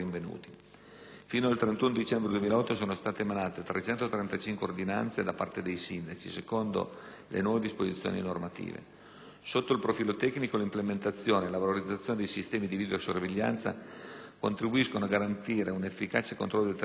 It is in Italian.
Fino al 31 dicembre 2008 sono state emanate 335 ordinanze da parte dei sindaci, secondo le nuove disposizioni normative. Sotto il profilo tecnico, l'implementazione e la valorizzazione dei sistemi di videosorveglianza contribuiscono a garantire un efficace controllo del territorio,